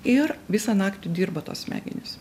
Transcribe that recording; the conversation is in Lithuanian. ir visą naktį dirba tos smegenys